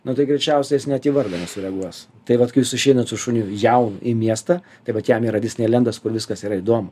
nu tai greičiausiai jis net į vardą nesureaguos tai vat kai jūs išeinat su šuniu jaunu į miestą tai vat jam yra disneilendas kur viskas yra įdomu